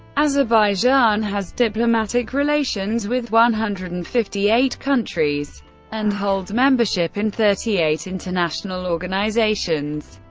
azerbaijan has diplomatic relations with one hundred and fifty eight countries and holds membership in thirty eight international organizations.